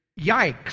yikes